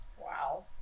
Wow